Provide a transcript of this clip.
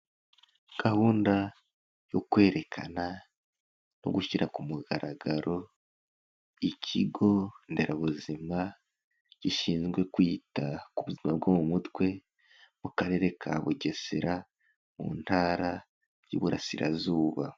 Gahunda yo kwerekana no gushyira ku mugaragaro ikigo nderabuzima gishinzwe kwita ku buzima bwo mu mutwe, mu karere ka Bugesera mu Ntara y'Iburasirazuba.